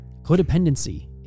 codependency